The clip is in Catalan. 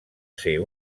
ser